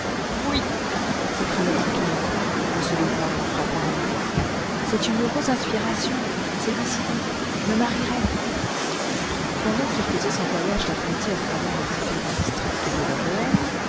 oui s'écria-t-il tout à coup en se levant et en frappant des mains c'est une heureuse inspiration c'est décidé je me marierai pendant qu'il faisait son voyage d'apprenti à tra vers les différents districts de la bohême